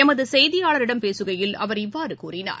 எமது செய்தியாளரிடம் பேசுகையில் அவர் இவ்வாறு கூறினார்